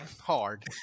hard